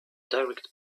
direct